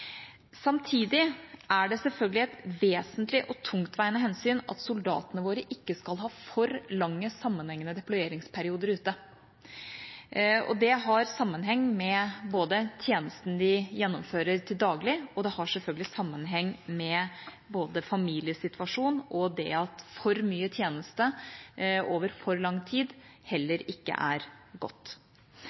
Samtidig er det selvfølgelig et vesentlig og tungtveiende hensyn at soldatene våre ikke skal ha for lange sammenhengende deployeringsperioder ute, og det har sammenheng med både tjenesten de gjennomfører til daglig, og selvfølgelig familiesituasjon og det at for mye tjeneste over for lang tid heller ikke er godt.